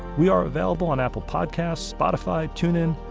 we are available on apple podcasts, spotify, tune in,